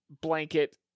blanket